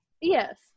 Yes